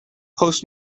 post